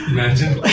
Imagine